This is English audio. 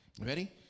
Ready